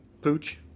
pooch